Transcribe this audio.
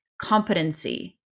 competency